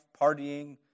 partying